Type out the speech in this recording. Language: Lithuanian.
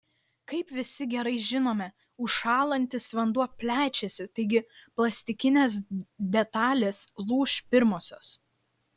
kaip visi gerai žinome užšąlantis vanduo plečiasi taigi plastikinės detalės lūš pirmosios